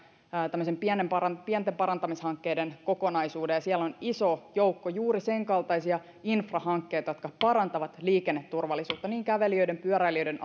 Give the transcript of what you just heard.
tämmöisen pienten parantamishankkeiden kokonaisuuden ja siellä on iso joukko juuri senkaltaisia infrahankkeita jotka parantavat liikenneturvallisuutta niin kävelijöiden pyöräilijöiden